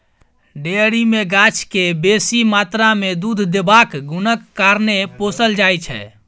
dairy मे गाय केँ बेसी मात्रा मे दुध देबाक गुणक कारणेँ पोसल जाइ छै